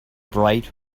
bright